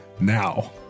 now